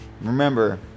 remember